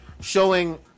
showing